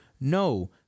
no